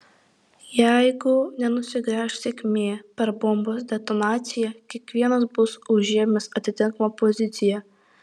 jeigu nenusigręš sėkmė per bombos detonaciją kiekvienas bus užėmęs atitinkamą poziciją